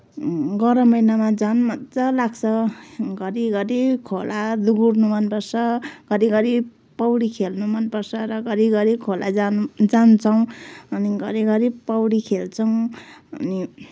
गरम महिनामा झन् मजा लाग्छ घरि घरि खोला दगुर्नु मनपर्छ घरि घरि पौडी खेल्नु मनपर्छ र घरिघरि खोला जान्छौँ अनि घरिघरि पौडी खोल्छौँ अनि